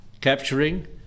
capturing